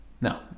No